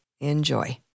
Enjoy